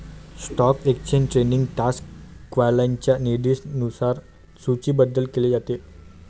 stock exchange trading तास क्लायंटच्या निर्दिष्ट वेळेनुसार सूचीबद्ध केले जातात